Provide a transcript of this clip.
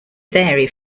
vary